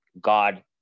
God